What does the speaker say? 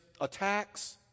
attacks